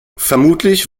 vermutlich